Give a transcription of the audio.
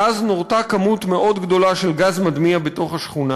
ואז נורתה כמות מאוד גדולה של גז מדמיע בתוך השכונה.